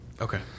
okay